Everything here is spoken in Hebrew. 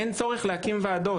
אין צורך להקים ועדות.